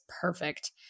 perfect